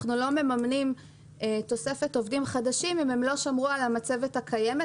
אנחנו לא מממנים תוספת עובדים חדשים אם הם לא שמרו על המצבת הקיימת.